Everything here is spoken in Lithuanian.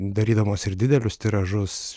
darydamos ir didelius tiražus